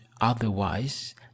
otherwise